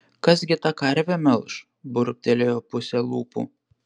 kas gi tą karvę melš burbtelėjo puse lūpų